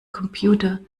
computer